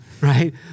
Right